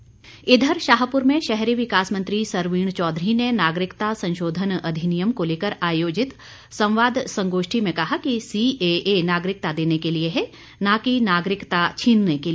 सरवीण चौधरी इधर शाहपुर में शहरी विकास मंत्री सरवीण चौधरी ने नागरिकता संशोधन अधिनियम को लेकर आयोजित संवाद संगोष्ठी में कहा कि सीएए नागरिकता देने के लिए है न की नागरिकता छीनने के लिए